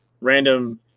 random